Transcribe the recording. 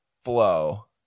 flow